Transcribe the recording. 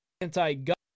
anti-gun